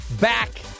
back